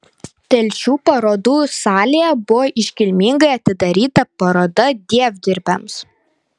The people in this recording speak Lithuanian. telšių parodų salėje buvo iškilmingai atidaryta paroda dievdirbiams